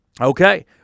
okay